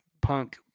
punk